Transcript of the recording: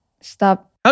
Stop